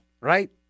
Right